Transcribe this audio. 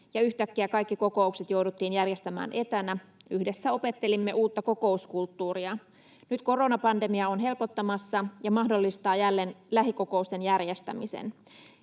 ja yhtäkkiä kaikki kokoukset jouduttiin järjestämään etänä. Yhdessä opettelimme uutta kokouskulttuuria. Nyt koronapandemia on helpottamassa ja mahdollistaa jälleen lähikokousten järjestämisen.